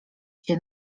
się